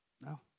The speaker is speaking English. No